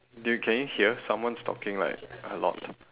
do you can you hear someone's talking like a lot